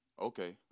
Okay